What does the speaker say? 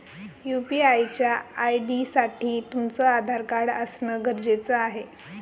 UPI च्या ID साठी तुमचं आधार कार्ड असण गरजेच आहे